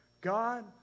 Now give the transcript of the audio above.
God